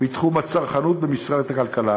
בתחום הצרכנות במשרד הכלכלה,